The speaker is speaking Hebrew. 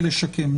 ולשקמה.